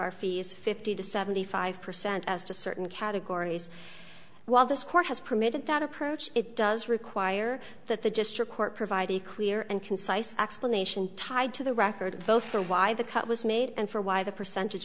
our fees fifty to seventy five percent as to certain categories while this court has permitted that approach it does require that the district court provide a clear and concise explanation tied to the record both for why the cut was made and for why the percentage